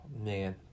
Man